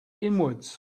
inwards